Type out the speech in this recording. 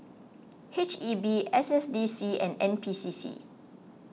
H E B S S D C and N P C C